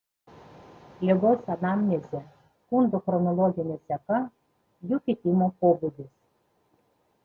ligos anamnezė skundų chronologinė seka jų kitimo pobūdis